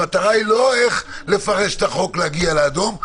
המטרה היא לא איך לפרש את החוק להגיע לאדום,